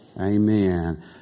amen